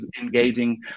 engaging